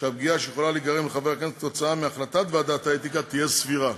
שהפגיעה שיכולה להיגרם לחבר כנסת כתוצאה מהחלטת ועדת האתיקה תהיה סבירה.